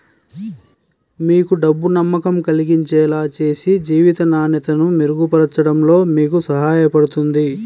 మీకు డబ్బు నమ్మకం కలిగించేలా చేసి జీవిత నాణ్యతను మెరుగుపరచడంలో మీకు సహాయపడుతుంది